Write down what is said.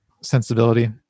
sensibility